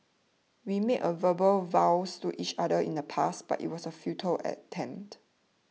we made a verbal vows to each other in the past but it was a futile attempt